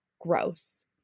gross